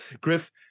Griff